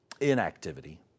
inactivity